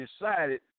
decided